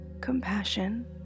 compassion